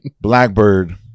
Blackbird